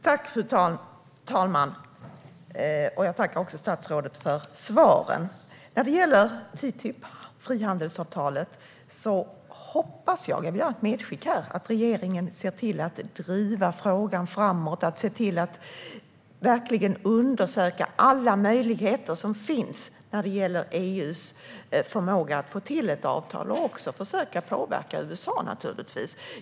Fru talman! Jag tackar statsrådet för svaren. När det gäller frihandelsavtalet TTIP hoppas jag, och gör ett medskick här, att regeringen ser till att driva frågan framåt och verkligen undersöker alla möjligheter som finns när det gäller EU:s förmåga att få till ett avtal och naturligtvis även försöker påverka USA.